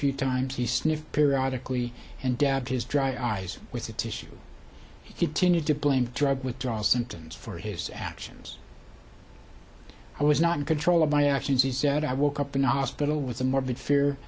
few times he sniffed periodically and dab his dry eyes with a tissue continued to blame drug withdrawal symptoms for his actions i was not in control of my actions he said i woke up in the hospital with a morbid fear